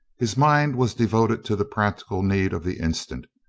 his mind was devoted to the prac tical need of the instant,